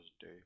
day